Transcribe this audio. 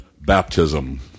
baptism